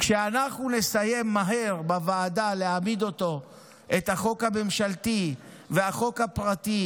כשאנחנו נסיים להעמיד מהר בוועדה את החוק הממשלתי ואת החוק הפרטי